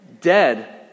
dead